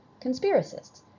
conspiracists